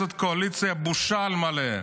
זאת קואליציה בושה על מלא,